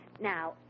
Now